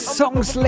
songs